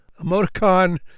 emoticon